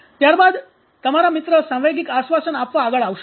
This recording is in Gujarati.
ત્યારબાદ તમારા મિત્ર સાંવેગિક આશ્વાસન આપવા આગળ આવશે